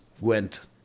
went